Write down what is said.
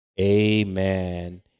Amen